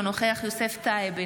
אינו נוכח יוסף טייב,